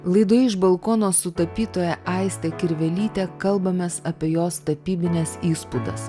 laidoje iš balkono su tapytoja aiste kirvelyte kalbamės apie jos tapybines įspūdas